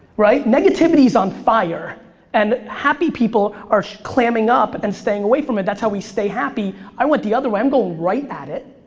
right? negativity is on fire and happy people are clamming up and staying away from it. that's how we stay happy. i went the other way. i'm going right at it,